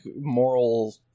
moral